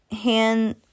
hand